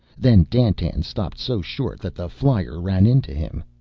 then dandtan stopped so short that the flyer ran into him.